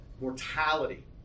mortality